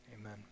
amen